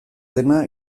dena